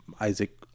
Isaac